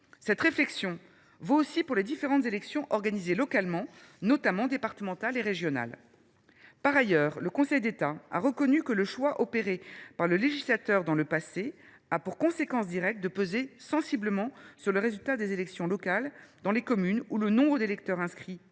Cette réflexion vaut aussi pour les différentes élections organisées localement, notamment les élections départementales et régionales. Par ailleurs, le Conseil d’État a reconnu que le choix effectué par le législateur dans le passé a pour conséquence directe de peser sensiblement sur le résultat des élections locales dans les communes où le nombre d’électeurs votant